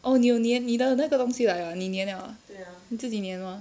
oh 你有你的那个东西来了 mah 你粘了 ah 你自己粘 mah